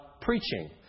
preaching